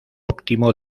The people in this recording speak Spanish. óptimo